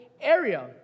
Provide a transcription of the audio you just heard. area